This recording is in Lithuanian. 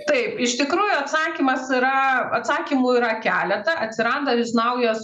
taip iš tikrųjų atsakymas yra atsakymų yra keleta atsiranda vis naujos